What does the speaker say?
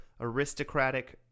aristocratic